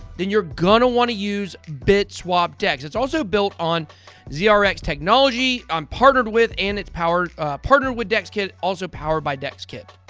then you're gonna want to use bitswap dex. it's also built on zrx technology, i'm partnered with, and it's powered partnered with dexkit, also powered by dexkit.